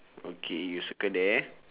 okay you circle there